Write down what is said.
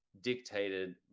dictated